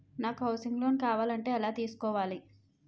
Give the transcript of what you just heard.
నాకు housing loan కావాలంటే ఎలా తీసుకోవాలి?